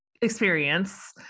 experience